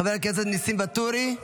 חבר הכנסת נסים ואטורי.